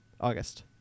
August